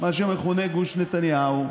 מה שמכונה "גוש נתניהו".